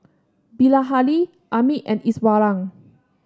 Bilahari Amit and Iswaran